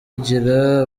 igira